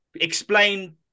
explain